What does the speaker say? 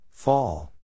Fall